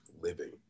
living